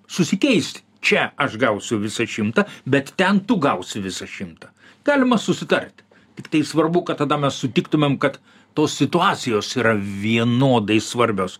susikeist čia aš gausiu visą šimtą bet ten tu gausi visą šimtą galima susitarti tiktai svarbu kad tada mes sutiktumėm kad tos situacijos yra vienodai svarbios